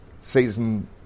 season